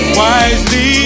wisely